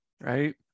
right